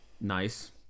Nice